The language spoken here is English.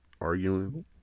arguing